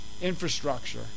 infrastructure